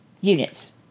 units